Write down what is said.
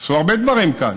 עשו הרבה דברים כאן: